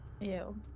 Ew